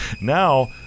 Now